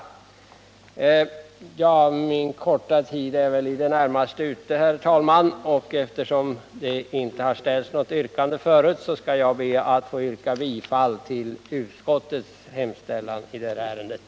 Min korta taletid är väl nu i det närmaste ute, herr talman, och eftersom det inte har ställts något yrkande förut, skall jag be att få yrka bifall till utskottets hemställan i det här ärendet.